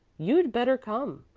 you'd better come.